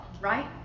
right